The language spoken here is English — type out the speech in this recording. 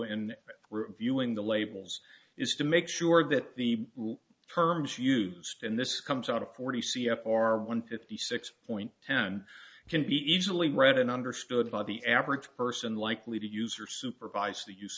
reviewing the labels is to make sure that the terms used and this comes out of forty c f r one fifty six point ten can be easily read and understood by the average person likely to use or supervise the use